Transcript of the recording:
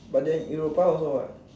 but then europa also what